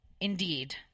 Indeed